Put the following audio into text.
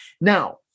Now